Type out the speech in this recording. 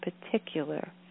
particular